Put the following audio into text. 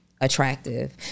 attractive